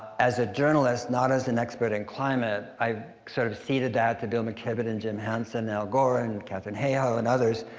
as a journalist, not as an expert in climate, i sort of ceded that to bill mckibben and jim hansen, al gore, and katharine hayhoe and others,